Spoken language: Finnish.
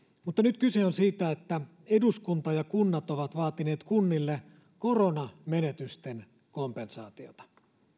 mutta nyt kyse on siitä että eduskunta ja kunnat ovat vaatineet kunnille koronamenetysten kompensaatiota